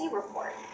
report